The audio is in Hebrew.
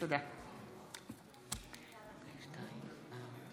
תוצאות ההצבעה הן כדלקמן: 70 בעד,